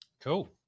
cool